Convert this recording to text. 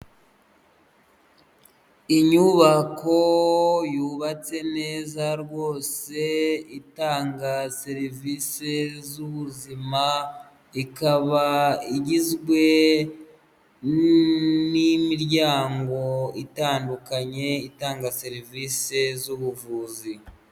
Inyubako yubatse neza rwose, itanga serivise z'ubuzima, ikaba igizwe n'imiryango itandukanye, itanga serivise z'ubuvuzi.